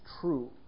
true